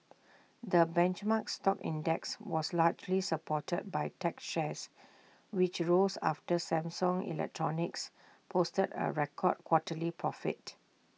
the benchmark stock index was largely supported by tech shares which rose after Samsung electronics posted A record quarterly profit